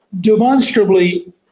demonstrably